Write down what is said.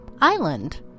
island